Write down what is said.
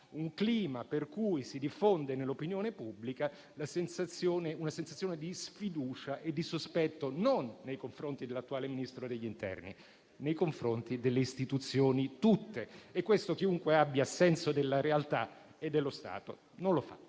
un clima per cui si diffonde nell'opinione pubblica una sensazione di sfiducia e di sospetto, non nei confronti dell'attuale Ministro dell'interno, ma nei confronti delle istituzioni tutte. E questo, chiunque abbia senso della realtà e dello Stato, non lo fa.